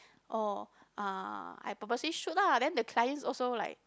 oh I purposely shoot lah then the clients also like